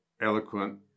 eloquent